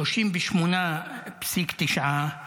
38.9%